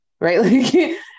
right